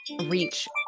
reach